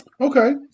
Okay